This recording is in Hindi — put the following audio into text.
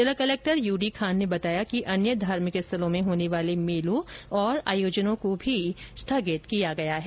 जिला कलेक्टर यूडी खान ने बताया कि अन्य धार्मिक स्थलों में होने वाले मेलों और आयोजनों को भी स्थगित किया गया है